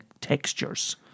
textures